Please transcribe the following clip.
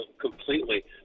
completely